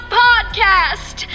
podcast